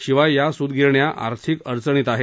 शिवाय या सूतगिरण्या आर्थिक अडचणीत आहेत